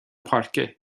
páirce